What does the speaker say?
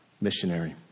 missionary